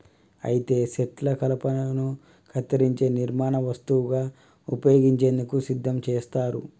అయితే సెట్లు కలపను కత్తిరించే నిర్మాణ వస్తువుగా ఉపయోగించేందుకు సిద్ధం చేస్తారు